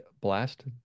blast